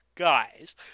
guys